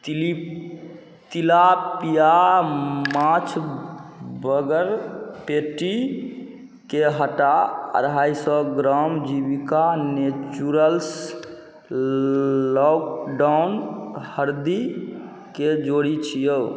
tilapia माछ burger पैटीकेँ हटा अढ़ाइ सओ ग्राम जीविका नेचुरल्स लकडॉन्ग हरदिकेँ जोड़ि दिऔ